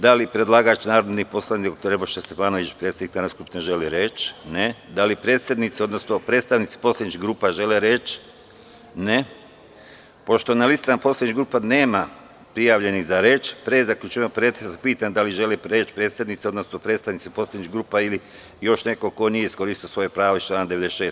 Da li predlagač, narodni poslanik dr Nebojša Stefanović, predsednik Narodne skupštine želi reč? (Ne.) Da li predsednici, odnosno predstavnici poslaničkih grupa žele reč? (Ne.) Pošto na listama poslaničkih grupa nema prijavljenih za reč, pre zaključivanja pretresa, pitam da li žele reč predsednici, odnosno predstavnici poslaničkih grupa ili još neko ko nije iskoristio svoje pravo iz člana 96.